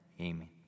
Amen